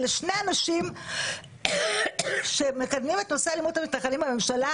אלה שני אנשים שמקדמים את נושא האלימות המתנחלים בממשלה,